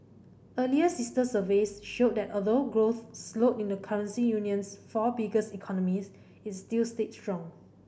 earlier sister surveys showed that although growth slowed in the currency union's four biggest economies it still stayed strong